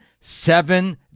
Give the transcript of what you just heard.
seven